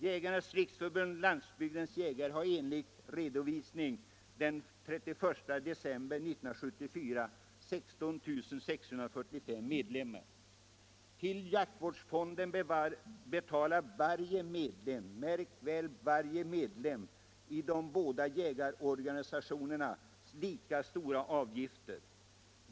Organisationen har enligt redovisning den 31 december 1974 16 645 medlemmar. Till jaktvårdsfonden betalar varje medlem —- märk väl varje medlem! — i de båda jägarorganisationerna lika stora avgifter.